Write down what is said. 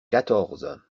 quatorze